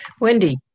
Wendy